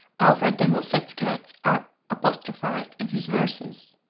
alfred de musset's cats are apostrophized in his verses.